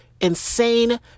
insane